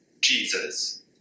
Jesus